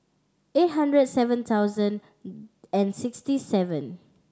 eight hundred seven thousand and sixty seven